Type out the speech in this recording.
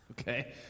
Okay